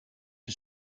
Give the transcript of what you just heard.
een